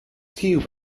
tube